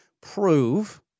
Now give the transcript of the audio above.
prove